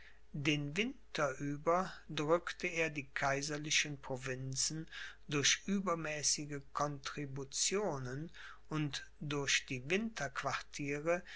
den winter über drückte er die kaiserlichen provinzen durch übermäßige contributionen und durch die winterquartiere